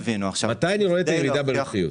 מתי אני רואה את הירידה ברווחיות?